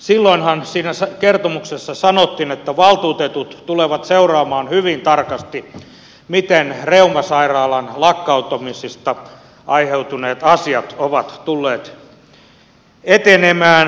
silloinhan siinä kertomuksessa sanottiin että valtuutetut tulevat seuraamaan hyvin tarkasti miten reumasairaalan lakkautumisesta aiheutuneet asiat ovat tulleet etenemään